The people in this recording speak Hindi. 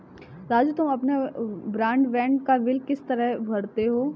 राजू तुम अपने ब्रॉडबैंड का बिल किस तरह भरते हो